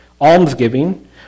Almsgiving